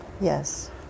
Yes